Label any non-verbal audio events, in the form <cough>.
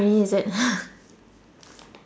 is it <breath>